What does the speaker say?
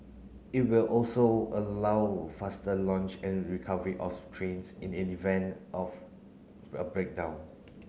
it will also allow faster launch and recovery of trains in the event of a breakdown